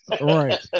right